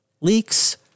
leaks